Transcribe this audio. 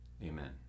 Amen